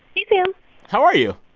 hey, sam how are you?